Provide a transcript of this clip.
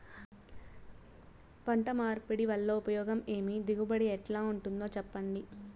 పంట మార్పిడి వల్ల ఉపయోగం ఏమి దిగుబడి ఎట్లా ఉంటుందో చెప్పండి?